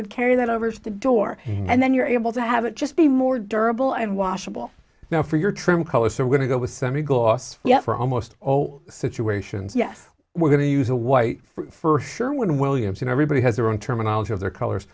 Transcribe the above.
would carry that over the door and then you're able to have it just be more durable and washable now for your trim colors are going to go with semi gloss yet for almost all situations yes we're going to use a white for sure when williamson everybody has their own terminology of their colors